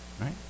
Right